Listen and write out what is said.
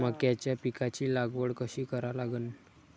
मक्याच्या पिकाची लागवड कशी करा लागन?